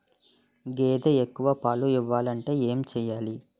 గేదె ఎక్కువ పాలు ఇవ్వాలంటే ఏంటి చెయాలి?